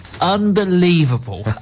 Unbelievable